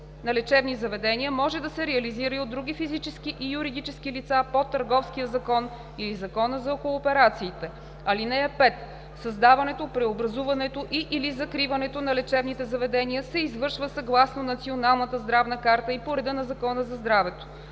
на лечебни заведения може да се реализира и от други физически и юридически лица по Търговския закон или Закона за кооперациите. (5) Създаването, преобразуването и/или закриването на лечебните заведения се извършва съгласно Националната здравна карта и по реда на Закона за здравето.